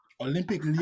Olympic